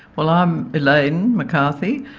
well i'm elaine mccarthy,